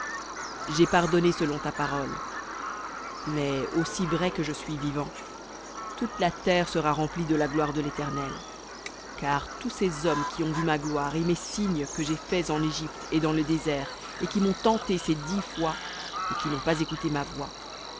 j'ai pardonné selon ta parole mais aussi vrai que je suis vivant toute la terre sera remplie de la gloire de léternel car tous ces hommes qui ont vu ma gloire et mes signes que j'ai faits en égypte et dans le désert et qui m'ont tenté ces dix fois et qui n'ont pas écouté ma voix